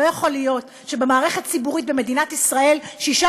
לא יכול להיות שבמערכת ציבורית במדינת ישראל שישה